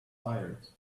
tired